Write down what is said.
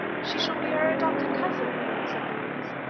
she shall be our adopted cousin, said louise.